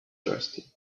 thirsty